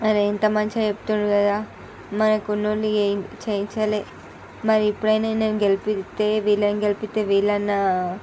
అరే ఇంత మంచిగా చెప్తుండ్రు కదా మనకున్న వాళ్ళు ఏమి చేయించలేదు మరి ఇప్పుడైనా నన్ను గెలిపిస్తే వీళ్ళను గెలిపిస్తే వీళ్ళన్నా